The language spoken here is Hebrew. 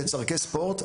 לצורכי ספורט,